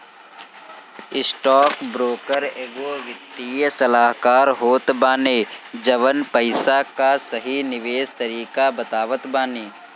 stockbroker एगो वित्तीय सलाहकार होत बाने जवन पईसा कअ सही निवेश तरीका बतावत बाने